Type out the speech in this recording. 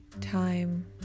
time